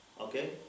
Okay